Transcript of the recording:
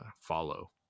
follow